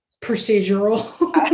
procedural